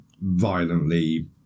violently